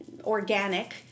organic